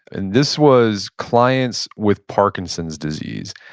and this was clients with parkinson's disease.